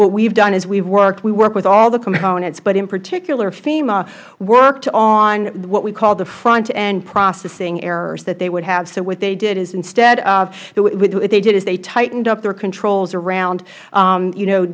what we have done is we have workedh we work with all the components but in particular fema worked on what we call the frontend processing errors that they would have so what they did is instead ofh what they did is they tightened up their controls around you know